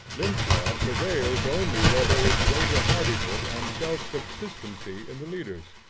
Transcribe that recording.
lynch-law prevails only where there is greater hardihood and self-subsistency in the leaders.